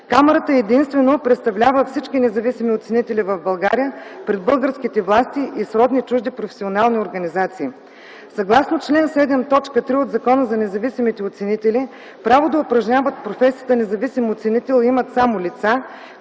Камарата единствено представлява всички независими оценители в България пред българските власти и сродни чужди професионални организации. Съгласно чл. 7, т. 3 от Закона за независимите оценители право да упражняват професията независим оценител имат само лица,